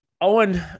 Owen